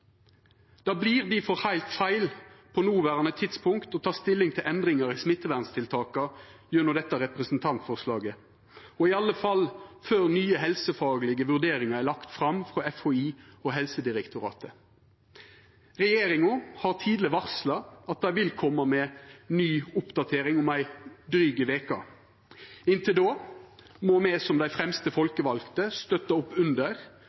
Det vert difor heilt feil på noverande tidspunkt å ta stilling til endringar i smitteverntiltaka gjennom desse representantforslaga, og i alle fall før nye helsefaglege vurderingar er lagde fram frå FHI og Helsedirektoratet. Regjeringa har tidleg varsla at dei vil koma med ei ny oppdatering om ei dryg veke. Inntil då må me som dei fremste folkevalde støtta opp under